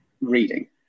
reading